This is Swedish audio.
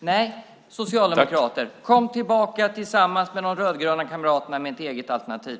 Nej, socialdemokrater, kom tillbaka tillsammans med de rödgröna kamraterna med ett eget alternativ!